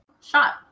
Shot